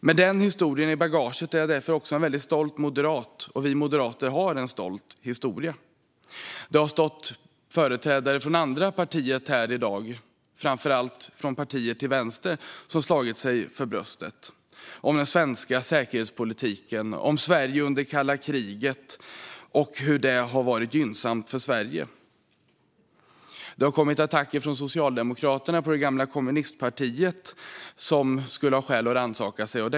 Med den historien i bagaget är jag också en väldigt stolt moderat, och vi moderater har en stolt historia. Företrädare för andra partier, framför allt från partier till vänster, har stått här i dag och slagit sig för bröstet angående den svenska säkerhetspolitiken och Sverige under kalla kriget och hur detta har varit gynnsamt för Sverige. Det har kommit attacker från Socialdemokraterna mot det gamla kommunistpartiet, som skulle ha skäl att rannsaka sig självt.